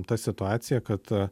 ta situacija kad